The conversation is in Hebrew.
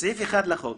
בסעיף 1 לחוק: